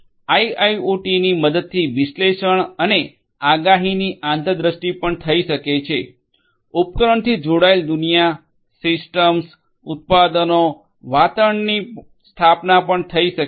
આઇઆઇઓટીની મદદથી વિશ્લેષણ અને આગાહીની આતરદૃષ્ટિ પણ થઇ શકે છે ઉપકરણોથી જોડાયેલ દુનિયા સિસ્ટમ્સ ઉત્પાદનો વાતાવરણની સ્થાપના થઇ શકે છે